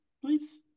please